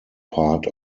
part